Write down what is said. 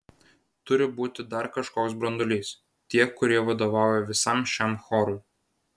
turi būti dar kažkoks branduolys tie kurie vadovauja visam šiam chorui